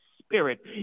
spirit